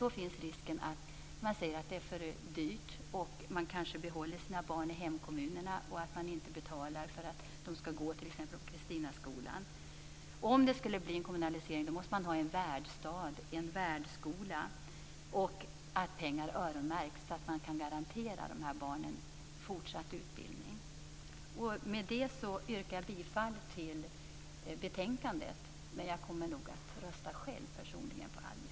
Då finns risken att man säger att det är för dyrt, att man behåller barnen i hemkommunerna och inte betalar för att de skall få gå på t.ex. Kristinaskolan. Om det blir en kommunalisering måste man ha en värdstad och en värdskola. Pengar skall öronmärks, så att man kan garantera dessa barn utbildning. Med detta yrkar jag bifall till utskottets hemställan i betänkandet, men personligen kommer jag nog att rösta på Alice Åströms reservation.